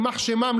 יימח שמם,